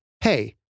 Hey